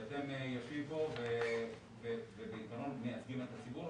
כי אתם יושבים פה ובעיקרון מייצגים את הציבור,